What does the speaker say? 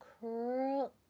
curl